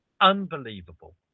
unbelievable